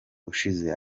ushize